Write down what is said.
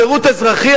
שירות אזרחי,